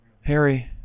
Harry